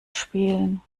spielen